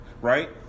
right